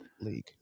league